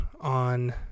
on